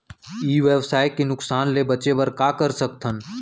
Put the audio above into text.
ई व्यवसाय के नुक़सान ले बचे बर का कर सकथन?